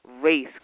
race